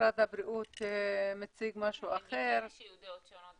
משרד הבריאות מציג משהו אחד --- הגיוני שיהיו דעות שונות,